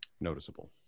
noticeable